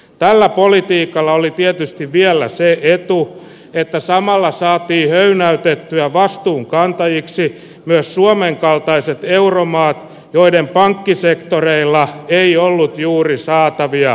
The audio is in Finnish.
tällä politiikalla oli tietysti vielä se etu että samalla saatiin höynäytettyä vastuunkantajiksi myös suomen kaltaiset euromaat joiden pankkisektoreilla ei ollut juuri saatavia